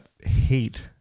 hate